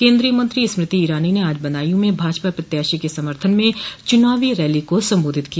केन्द्रीय मंत्री स्मृति ईरानी ने आज बदायू में भाजपा प्रत्याशी के समर्थन में चुनावी रैली को सम्बोधित किया